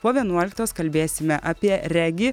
po vienuoliktos kalbėsime apie regi